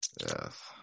Yes